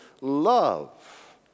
love